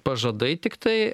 pažadai tiktai